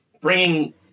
bringing